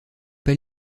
pas